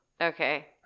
Okay